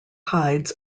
hides